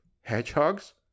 hedgehogs